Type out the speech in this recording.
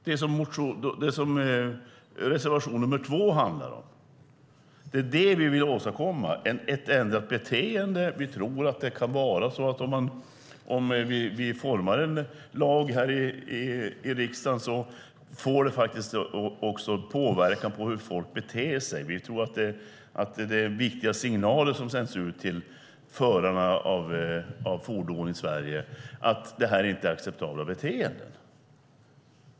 Det är det som reservation nr 2 handlar om, och det är det vi vill åstadkomma. Vi vill se ett ändrat beteende. Vi tror att om vi formar en lag här i riksdagen får det också påverkan på hur folk beter sig. Vi tror att det är viktiga signaler som sänds ut till förarna av fordon i Sverige att detta inte är acceptabla beteenden.